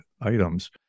items